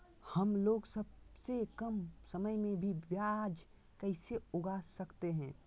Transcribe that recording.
हमलोग सबसे कम समय में भी प्याज कैसे उगा सकते हैं?